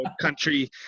country